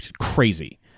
crazy